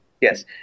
Yes